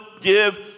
give